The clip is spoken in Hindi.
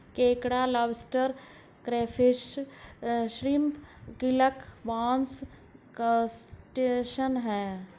केकड़ा lobster crayfish shrimp krill prawns crustacean है